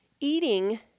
eating